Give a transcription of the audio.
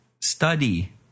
study